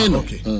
okay